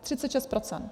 36 %.